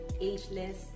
ageless